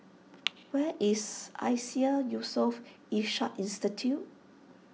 where is Iseas Yusof Ishak Institute